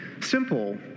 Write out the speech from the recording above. simple